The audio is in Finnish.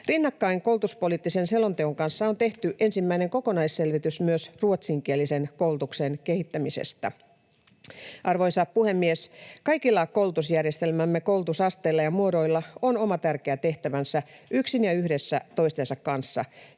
Rinnakkain koulutuspoliittisen selonteon kanssa on tehty ensimmäinen kokonaisselvitys myös ruotsinkielisen koulutuksen kehittämisestä. Arvoisa puhemies! Kaikilla koulutusjärjestelmämme koulutusasteilla ja -muodoilla on oma tärkeä tehtävänsä yksin ja yhdessä toistensa kanssa,